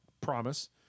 promise